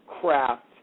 craft